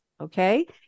okay